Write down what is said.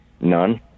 None